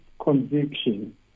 conviction